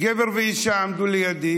גבר ואישה עמדו לידי,